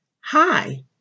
Hi